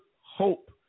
Hope